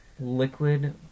Liquid